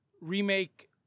remake